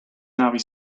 navi